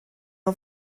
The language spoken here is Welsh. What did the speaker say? nhw